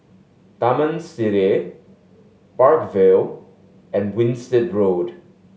Taman Sireh Park Vale and Winstedt Road